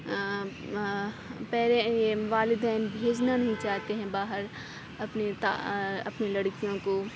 پہلے یہ والدین بھیجنا نہیں چاہتے ہیں باہر اپنے تا اپنی لڑکیوں کو